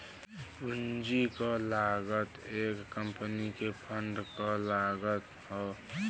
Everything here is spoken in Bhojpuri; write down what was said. पूंजी क लागत एक कंपनी के फंड क लागत हौ